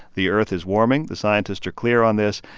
the earth is warming. the scientists are clear on this.